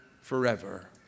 forever